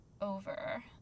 over